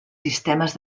sistemes